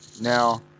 now